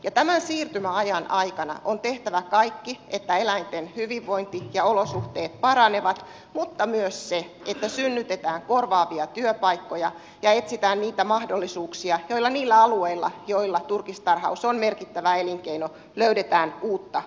ja tämän siirtymäajan aikana on tehtävä kaikki että eläinten hyvinvointi ja olosuhteet paranevat mutta myös se että synnytetään korvaavia työpaikkoja ja etsitään niitä mahdollisuuksia jotta niillä alueilla joilla turkistarhaus on merkittävä elinkeino löydetään uutta kasvua